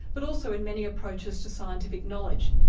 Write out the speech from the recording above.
but also in many approaches to scientific knowledge,